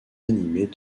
animées